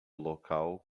local